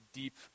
deep